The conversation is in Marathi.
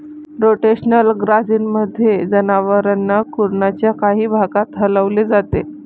रोटेशनल ग्राझिंगमध्ये, जनावरांना कुरणाच्या काही भागात हलवले जाते